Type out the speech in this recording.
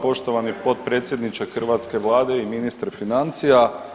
Poštovani potpredsjedniče hrvatske vlade i ministre financija.